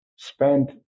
spent